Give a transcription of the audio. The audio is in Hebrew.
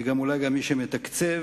ואולי גם מי שמתקצב,